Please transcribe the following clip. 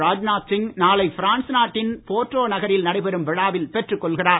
ராஜ்நாத் சிங் நாளை பிரான்ஸ் நாட்டின் போர்ட்டோ நகரில் நடைபெறும் விழாவில் பெற்றுக் கொள்கிறார்